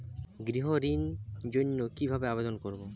গৃহ ঋণ জন্য কি ভাবে আবেদন করব?